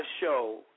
show